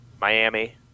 Miami